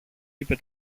είπε